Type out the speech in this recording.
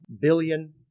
billion